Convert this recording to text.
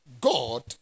God